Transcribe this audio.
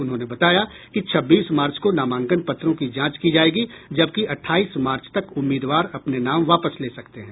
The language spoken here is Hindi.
उन्होंने बताया कि छब्बीस मार्च को नामांकन पत्रों की जांच की जायेगी जबकि अठाईस मार्च तक उम्मीदवार अपने नाम वापस ले सकते हैं